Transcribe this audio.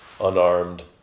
unarmed